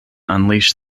unleash